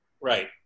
Right